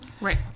Right